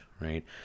right